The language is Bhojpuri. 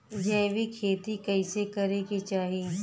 जैविक खेती कइसे करे के चाही?